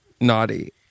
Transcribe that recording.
naughty